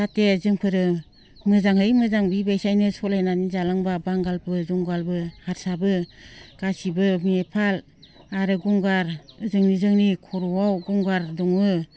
जाहाथे जोंफोरो मोजाङै मोजां बेबायदिनो सालायनानै जालांबा बांगालबो जुंगालबो हारसाबो गासैबो नेफाल आरो गंगार जोंनि खर'आव गंगार दङ